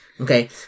Okay